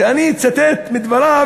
שאני אצטט מדבריו,